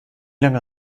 lange